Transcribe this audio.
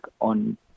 on